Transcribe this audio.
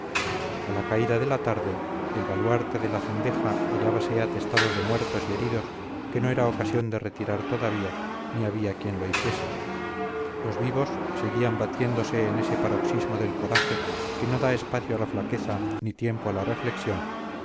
a la caída de la tarde el baluarte de la cendeja hallábase atestado de muertos y heridos que no era ocasión de retirar todavía ni había quien lo hiciese los vivos seguían batiéndose en ese paroxismo del coraje que no da espacio a la flaqueza ni tiempo a la reflexión